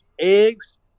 eggs